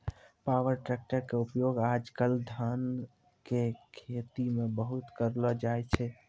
power tractor के उपयोग आज कल धान के खेती मॅ बहुत करलो जाय छै